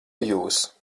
jūs